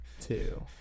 two